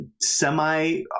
semi